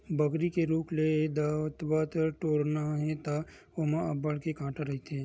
बमरी के रूख ले दतवत टोरना हे त ओमा अब्बड़ के कांटा रहिथे